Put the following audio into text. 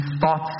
thoughts